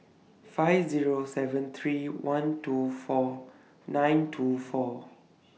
five Zero seven three one two four nine two four